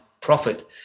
profit